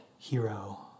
hero